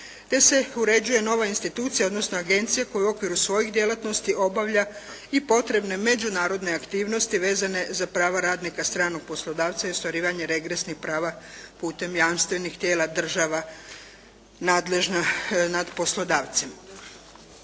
te se uređuje nova institucija, odnosno agencija koja u okviru svojih djelatnosti obavlja i potrebne međunarodne aktivnosti vezane za prava radnika stranog poslodavca i ostvarivanje regresnih prava putem jamstvenih tijela država nadležna nad poslodavcem.